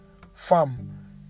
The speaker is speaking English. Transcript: Farm